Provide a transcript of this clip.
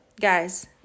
guys